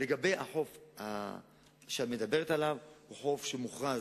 לגבי החוף שאת מדברת עליו, זה חוף מוכרז,